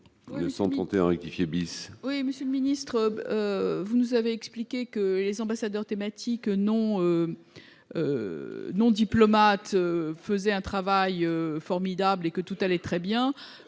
Monsieur le ministre, vous nous avez expliqué que les ambassadeurs thématiques non diplomates effectuent un travail formidable et que tout va très bien.